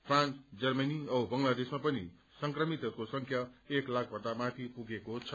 France Germany औ बंगलादेशमा पनि संक्रमितहरूको संख्या एक लाखभन्दा माथि पुगेको छ